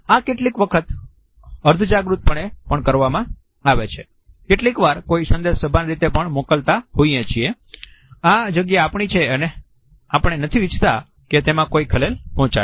આ કેટલીક વખત અર્ધજાગૃતપણે કરવામાં આવે છે કેટલીકવાર કોઈ સંદેશ સભાન રીતે પણ મોકલતા હોઈએ છીએ આ જગ્યા આપણી છે અને આપણે નથી ઈચ્છતા કે તેમાં કોઈ ખલેલ પહોંચાડે